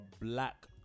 black